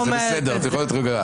זה בסדר, את יכולה להיות רגועה.